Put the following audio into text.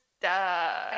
Duh